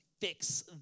Fix